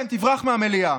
כן, תברח מהמליאה.